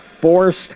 forced